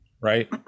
right